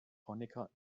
honecker